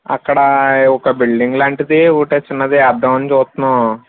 అక్కడ ఒక బిల్డింగ్ లాంటిది ఒక చిన్నది వేద్దాం అని చూస్తున్నాం